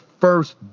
first